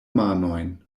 manojn